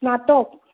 স্নাতক